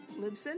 Libsyn